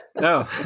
No